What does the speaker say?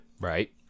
Right